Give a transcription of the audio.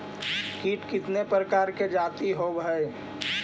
कीट कीतने प्रकार के जाती होबहय?